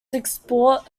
export